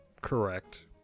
Correct